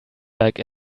like